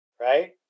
right